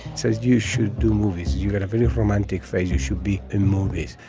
says, you should do movies. you don't have any romantic face. you should be in movies.